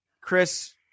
Chris